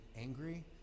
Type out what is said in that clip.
angry